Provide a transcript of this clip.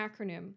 acronym